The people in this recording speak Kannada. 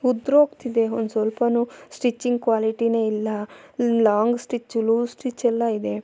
ಉದುರೋಗ್ತಿದೆ ಒಂದು ಸ್ವಲ್ಪವೂ ಸ್ಟಿಚಿಂಗ್ ಕ್ವಾಲಿಟಿಯೇ ಇಲ್ಲ ಲಾಂಗ್ ಸ್ಟಿಚ್ಚು ಲೂಸ್ ಸ್ಟಿಚ್ ಎಲ್ಲ ಇದೆ